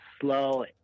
slow